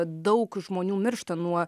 daug žmonių miršta nuo